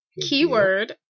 Keyword